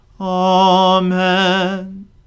Amen